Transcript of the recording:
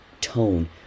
tone